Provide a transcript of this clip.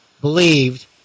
believed